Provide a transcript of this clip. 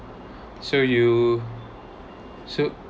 so you so